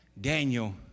Daniel